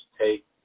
take